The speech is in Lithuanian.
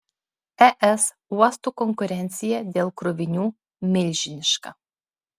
es uostų konkurencija dėl krovinių milžiniška